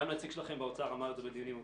גם נציג שלכם באוצר אמר את זה בדיונים הקודמים.